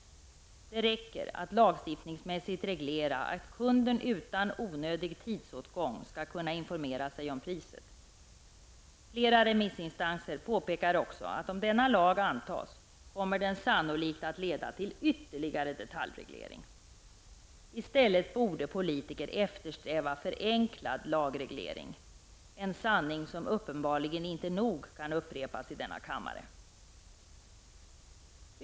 Det räcker att via lagstiftning reglera att kunden utan onödig tidsåtgång skall kunna informera sig om priset. Flera remissinstanser påpekar också, att om denna lag antas, kommer den sannolikt att leda till ytterligare detaljreglering. Vi politiker borde i stället eftersträva förenklad lagreglering, en sanning som uppenbarligen inte nog kan upprepas i denna kammare.